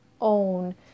own